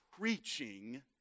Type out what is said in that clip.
Preaching